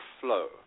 flow